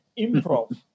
Improv